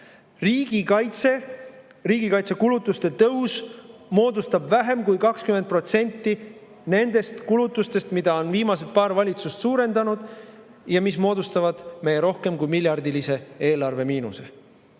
Riigikaitsekulutuste tõus moodustab vähem kui 20% kulutustest, mida on viimased paar valitsust suurendanud ja mis moodustavad meie rohkem kui miljardilise eelarvemiinuse.